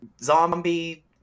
zombie